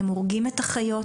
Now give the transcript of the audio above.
הם הורגים את החיות,